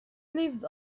lived